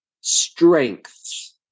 strengths